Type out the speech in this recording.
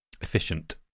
efficient